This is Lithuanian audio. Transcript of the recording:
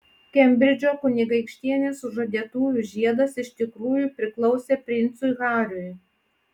kembridžo kunigaikštienės sužadėtuvių žiedas iš tikrųjų priklausė princui hariui